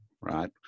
right